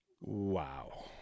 wow